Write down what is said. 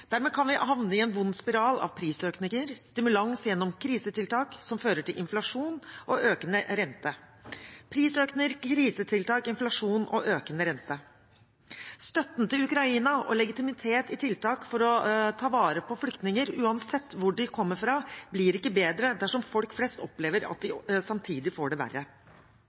Dermed kan vi havne i en vond spiral av prisøkninger, stimulans gjennom krisetiltak som fører til inflasjon og økende rente. Støtten til Ukraina og legitimitet i tiltak for å ta vare på flyktninger, uansett hvor de kommer fra, blir ikke bedre dersom folk flest opplever at de samtidig får det verre.